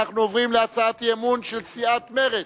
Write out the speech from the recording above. אנחנו עוברים להצעת האי-אמון של סיעת מרצ,